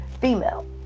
female